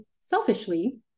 selfishly